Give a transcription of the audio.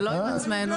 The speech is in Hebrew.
זה לא עם עצמנו.